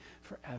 forever